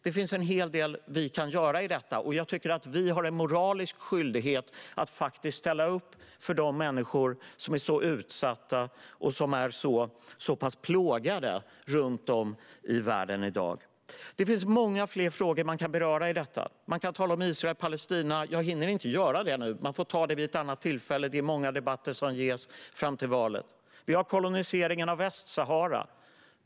Det finns en hel del vi kan göra i fråga om detta, och jag tycker att vi har en moralisk skyldighet att ställa upp för de människor som är så pass utsatta och plågade runt om i världen i dag. Det finns många fler frågor man kan beröra i detta sammanhang. Man kan tala om Israel och Palestina. Jag hinner inte göra det nu. Det får tas vid ett annat tillfälle. Det är många debatter fram till valet. Vi har koloniseringen av Västsahara.